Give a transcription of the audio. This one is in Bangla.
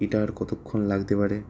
এটা আর কতক্ষণ লাগতে পারে